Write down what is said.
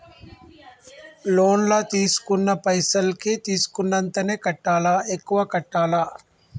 Loan లా తీస్కున్న పైసల్ కి తీస్కున్నంతనే కట్టాలా? ఎక్కువ కట్టాలా?